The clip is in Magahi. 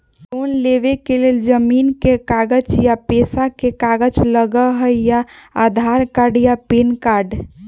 लोन लेवेके लेल जमीन के कागज या पेशा के कागज लगहई या आधार कार्ड या पेन कार्ड?